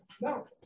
No